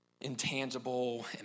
intangible